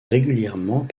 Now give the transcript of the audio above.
régulièrement